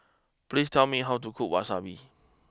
please tell me how to cook Wasabi